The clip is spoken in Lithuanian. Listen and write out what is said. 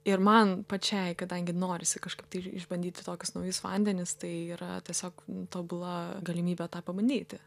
ir man pačiai kadangi norisi kažkaip tai išbandyti tokius naujus vandenis tai yra tiesiog tobula galimybė tą pabandyti